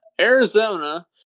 Arizona